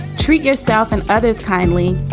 treat yourself and others kindly,